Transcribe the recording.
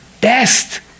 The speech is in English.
best